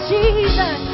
Jesus